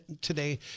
today